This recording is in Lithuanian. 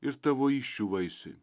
ir tavo įsčių vaisiui